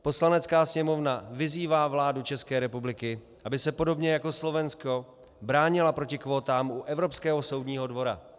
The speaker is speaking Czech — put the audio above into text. Poslanecká sněmovna vyzývá vládu České republiky, aby se podobně jako Slovensko bránila proti kvótám u Evropského soudního dvora.